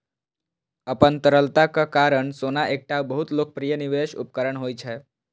अपन तरलताक कारण सोना एकटा बहुत लोकप्रिय निवेश उपकरण होइ छै